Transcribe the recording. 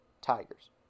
Tigers